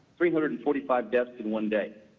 three hundred and forty five deaths in one day.